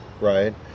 right